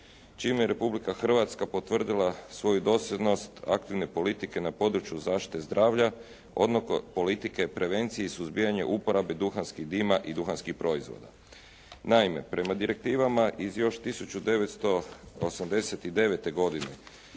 čim je Republika Hrvatska potvrdila svoju dosljednost aktivne politike na području zaštite zdravlja, politike prevencije i suzbijanja uporabe duhanskog dima i duhanskih proizvoda. Naime, prema direktivama iz još 1989. godine